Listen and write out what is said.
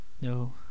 No